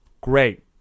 Great